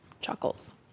chuckles